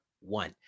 one